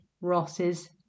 ross's